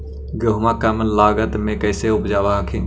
गेहुमा कम लागत मे कैसे उपजाब हखिन?